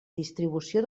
distribució